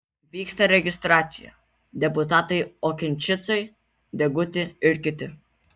vyksta registracija deputatai okinčicai deguti ir kiti